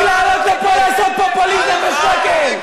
רק לעלות לפה לעשות פופוליזם בשקל.